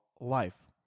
life